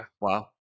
Wow